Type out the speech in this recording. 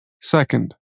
Second